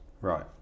Right